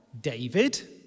David